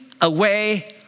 away